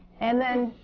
and then,